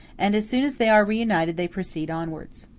and as soon as they are reunited they proceed onwards.